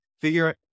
figure